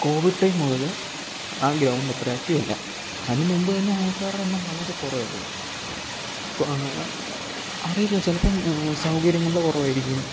Covid time മുതൽ ആ ground അത്ര ആക്റ്റീവ് അല്ല അതിന് മുമ്പ് തന്നെ ആൾക്കാരുടെ എണ്ണം വളരെ കുറവായിരുന്നു അറിയില്ല ചിലപ്പം സൗകര്യങ്ങളുടെ കുറവായിരിക്കും